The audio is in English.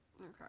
Okay